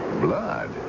Blood